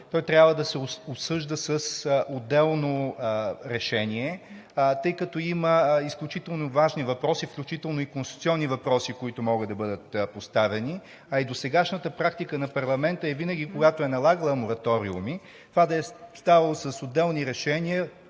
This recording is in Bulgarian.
той трябва да се обсъжда с отделно решение, тъй като има изключително важни въпроси, включително и конституционни въпроси, които могат да бъдат поставени, а и досегашната практика на парламента е винаги, когато е налагала мораториуми, това да е ставало с отделни решения,